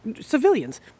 Civilians